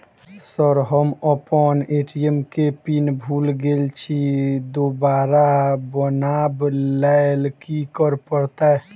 Sir हम अप्पन ATM केँ पिन भूल गेल छी दोबारा बनाब लैल की करऽ परतै?